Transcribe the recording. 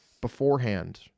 beforehand